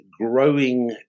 growing